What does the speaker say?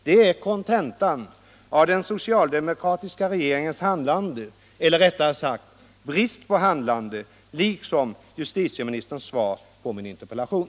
Det är kontentan av den socialdemokratiska regeringens handlande eller rättare sagt brist på handlande liksom av justitieministerns svar på min interpellation.